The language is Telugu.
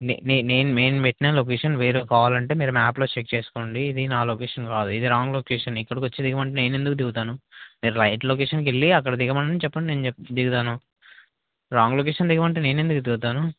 నేే నేను నేను పెట్టిన లొకేషన్ వేరే కావాలంటే మీరు మ్యాప్లో చెక్ చేసుకోండి ఇది నా లొకేషన్ కాదు ఇది రాంగ్ లొకేషన్ ఇక్కడికి వచ్చి దిగమంటే నేను ఎందుకు దిగుతాను మీరు రైట్ లొకేషన్కి వెళ్ళి అక్కడ దిగమని చెప్పండి నేను దిగుతాను రాంగ్ లొకేషన్ దిగమంటే నేను ఎందుకు దిగుతాను